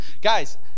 guys